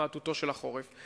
עם אג'נדה ירוקה,